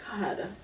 God